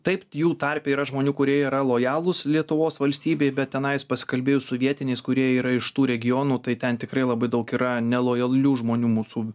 taip jų tarpe yra žmonių kurie yra lojalūs lietuvos valstybei bet tenais jis pasikalbėjus su vietiniais kurie yra iš tų regionų tai ten tikrai labai daug yra nelojalių žmonių mūsų